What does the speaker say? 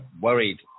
worried